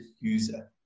user